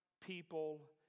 people